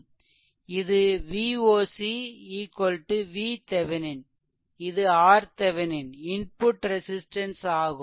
இது Voc VThevenin இது RThevenin input resistance ஆகும்